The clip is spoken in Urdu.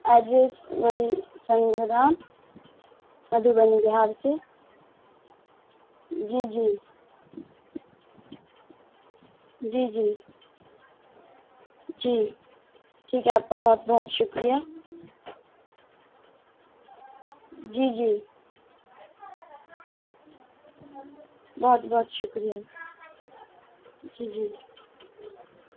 ایڈریس وہی سنگررہ مدھوبنی بہار سے جی جی جی جی جی ٹھیک ہے آپ کا بہت بہت شکریہ جی جی بہت بہت شکریہ جی جی